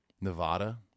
Nevada